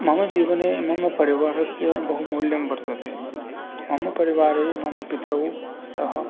मम जीवने मम परिवारस्य बहुमूल्यं वर्तते मम परिवारे मम पितरौ स्तः